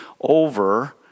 over